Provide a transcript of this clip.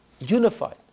unified